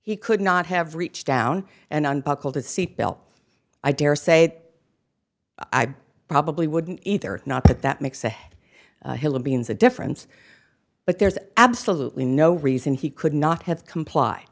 he could not have reached down and unbuckled a seatbelt i dare say i probably wouldn't either not that that makes a hill of beans a difference but there's absolutely no reason he could not have comply